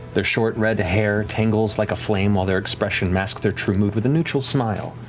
their short red hair tangles like a flame while their expression masks their true mood with a neutral smile.